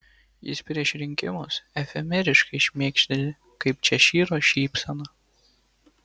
jis prieš rinkimus efemeriškai šmėkšteli kaip češyro šypsena